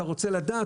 אתה רוצה לדעת?